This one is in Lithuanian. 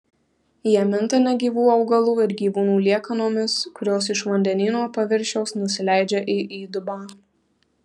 jie minta negyvų augalų ir gyvūnų liekanomis kurios iš vandenyno paviršiaus nusileidžia į įdubą